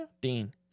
Dean